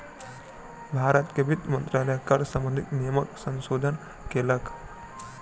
भारत के वित्त मंत्रालय कर सम्बंधित नियमक संशोधन केलक